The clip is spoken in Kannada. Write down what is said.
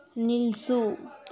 ನಿಲ್ಲಿಸು